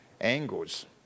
angles